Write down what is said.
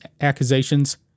accusations